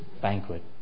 banquet